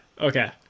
Okay